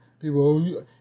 people